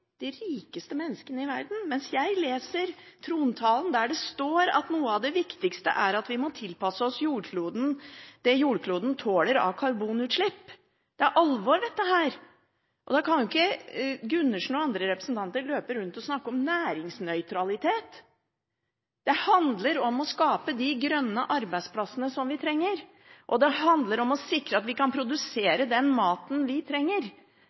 de rikeste menneskene i verden – mens jeg leser trontalen, der det står at noe av det viktigste er at «vi må tilpasse oss det jordkloden tåler av karbonutslipp». Det er alvor dette, og da kan ikke Gundersen og andre representanter løpe rundt og snakke om næringsnøytralitet. Det handler om å skape de grønne arbeidsplassene som vi trenger, og det handler om å sikre at vi kan produsere den maten vi trenger,